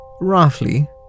roughly